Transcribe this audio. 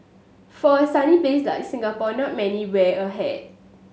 for a sunny place like Singapore not many wear a hat